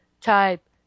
type